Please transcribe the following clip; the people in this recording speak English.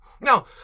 Now